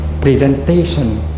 presentation